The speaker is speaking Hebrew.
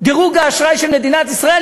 דירוג האשראי של מדינת ישראל,